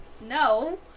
No